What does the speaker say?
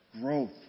growth